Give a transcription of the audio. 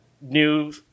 new